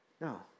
no